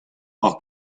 hor